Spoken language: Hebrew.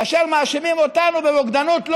כאשר מאשימים אותנו בבוגדנות,